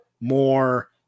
more